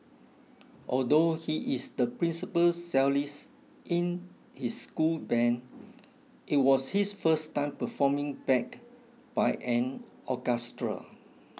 although he is the principal cellist in his school band it was his first time performing backed by an orchestra